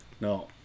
No